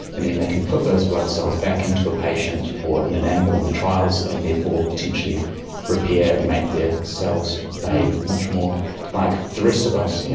and then they can put those blood cells back into a patient or in an animal in the trials and therefore potentially repair and make their cells behave much more like the rest of us. yeah